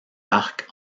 arcs